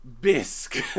bisque